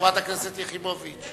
חברת הכנסת יחימוביץ.